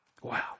Wow